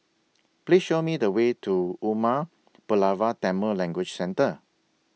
Please Show Me The Way to Umar Pulavar Tamil Language Centre